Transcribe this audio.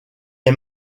est